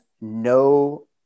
no